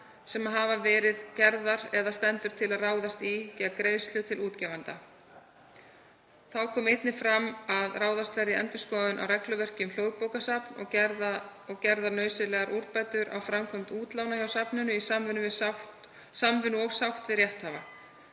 sem hafa verið gerðar eða stendur til að ráðast í gegn greiðslu til útgefanda. Þá kom einnig fram að ráðast verði í endurskoðun á regluverki um Hljóðbókasafn og gera nauðsynlegar úrbætur á framkvæmd útlána hjá safninu í samvinnu og sátt við rétthafa.